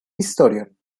historion